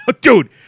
Dude